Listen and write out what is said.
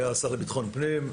אישר אותה כשהיה השר לביטחון פנים,